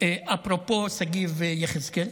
אפרופו שגיב יחזקאל.